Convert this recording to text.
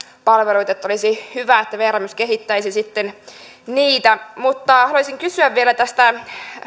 palveluita joten olisi hyvä että vr myös kehittäisi niitä haluaisin kysyä vielä tästä